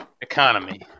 economy